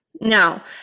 Now